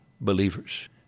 believers